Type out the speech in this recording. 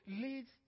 leads